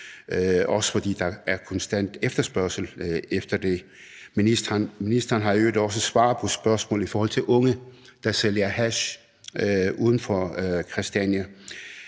også fordi der er konstant efterspørgsel på det. Ministeren har i øvrigt også svaret på spørgsmål i forhold til unge, der sælger hash uden for Christiania,